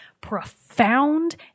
profound